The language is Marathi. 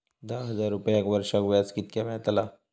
दहा हजार रुपयांक वर्षाक व्याज कितक्या मेलताला?